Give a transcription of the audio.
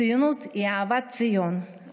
ציונות היא אהבת ציון,